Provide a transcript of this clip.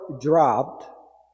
dropped